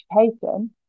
education